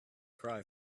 cry